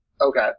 Okay